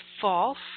false